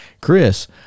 Chris